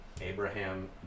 Abraham